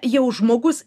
jau žmogus